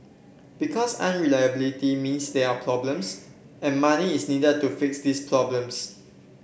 because unreliability means there are problems and money is needed to fix these problems